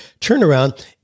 turnaround